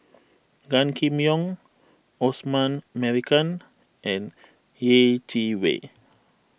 Gan Kim Yong Osman Merican and Yeh Chi Wei